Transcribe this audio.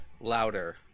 louder